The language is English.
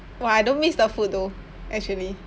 !wah! I don't miss the food though actually